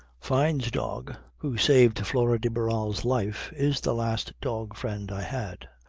fyne's dog who saved flora de barral's life is the last dog-friend i had.